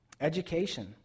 Education